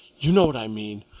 you know what i mean.